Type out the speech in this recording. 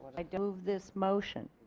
i move this motion.